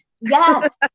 Yes